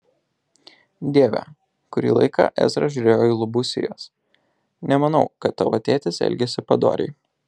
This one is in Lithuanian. dieve kurį laiką ezra žiūrėjo į lubų sijas nemanau kad tavo tėtis elgėsi padoriai